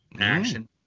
action